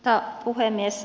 arvoisa puhemies